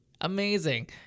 amazing